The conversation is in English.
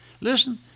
Listen